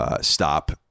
Stop